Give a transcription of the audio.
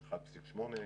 1.8%,